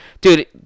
dude